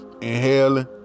inhaling